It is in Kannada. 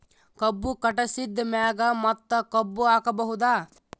ಕಬ್ಬು ಕಟಾಸಿದ್ ಮ್ಯಾಗ ಮತ್ತ ಕಬ್ಬು ಹಾಕಬಹುದಾ?